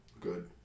Good